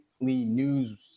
news